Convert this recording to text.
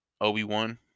obi-wan